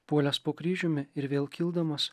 puolęs po kryžiumi ir vėl kildamas